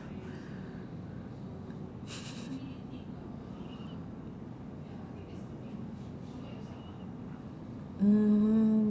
um